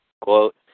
Quote